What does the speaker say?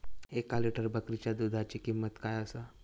एक लिटर बकरीच्या दुधाची किंमत काय आसा?